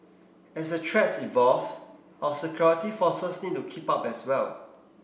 as the threats evolve our security forces need to keep up as well